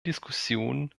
diskussionen